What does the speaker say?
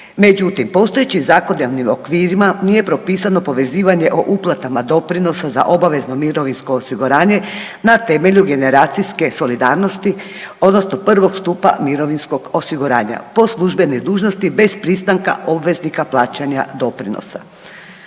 Međutim, postojeći zakonodavnim okvirima nije propisano povezivanje o uplatama doprinosa za obavezno mirovinsko osiguranje na temelju generacijske solidarnosti odnosno prvog stupa mirovinskog osiguranja po službenoj dužnosti bez pristanka obveznika plaćanja doprinosa.